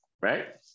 Right